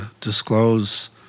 disclose